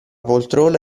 poltrona